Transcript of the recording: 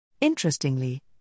Interestingly